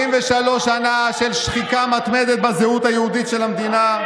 73 שנה של שחיקה מתמדת בזהות היהודית של המדינה.